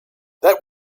that